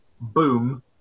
boom